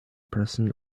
person